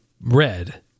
red